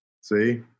See